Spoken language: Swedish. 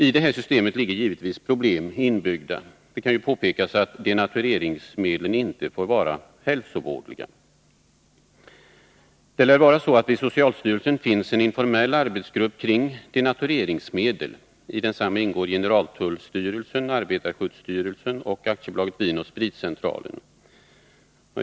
I detta system ligger givetvis problem inbyggda. Det kan påpekas att denatureringsmedlen inte får vara hälsovådliga. Det lär vara så att det vid socialstyrelsen finns en informell arbetsgrupp kring denatureringsmedel. I densamma ingår representanter för generaltullstyrelsen, arbetarskyddsstyrelsen och AB Vin & Spritcentralen.